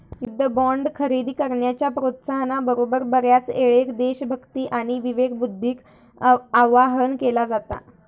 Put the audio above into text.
युद्ध बॉण्ड खरेदी करण्याच्या प्रोत्साहना बरोबर, बऱ्याचयेळेक देशभक्ती आणि विवेकबुद्धीक आवाहन केला जाता